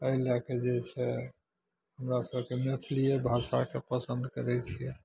एहि लए कऽ जे छै हमरा सबके मैथिलीये भाषाके पसन्द करै छियै